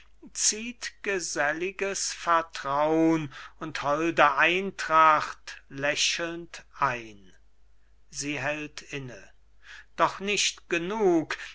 zieht geselliges vertraun und holde eintracht lächelnd ein sie hält inne doch nicht genug